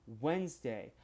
Wednesday